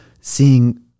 seeing